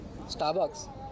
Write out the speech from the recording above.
Starbucks